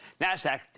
nasdaq